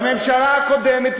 בממשלה הקודמת,